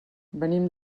venim